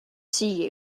see